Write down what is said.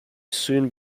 soon